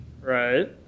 Right